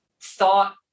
thought